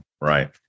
Right